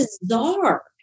bizarre